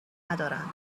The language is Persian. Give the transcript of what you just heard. ندارند